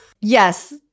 Yes